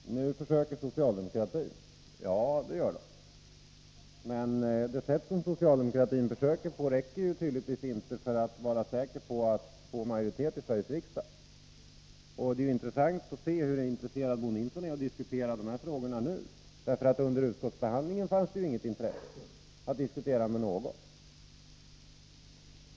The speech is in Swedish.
Fru talman! Nu försöker socialdemokraterna — ja, det gör de. Men det sätt på vilket socialdemokratin försöker räcker tydligtvis inte för att vara säker på att få majoritet i Sveriges riksdag. Det är intressant att se hur intresserad Bo Nilsson är av att diskutera de här frågorna nu, för under utskottsbehandlingen fanns det inget intresse att diskutera med någon.